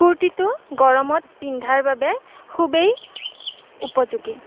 কুৰ্তীটো গৰমত পিন্ধাৰ বাবে খুবেই উপযোগী